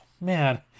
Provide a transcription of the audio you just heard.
man